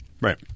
Right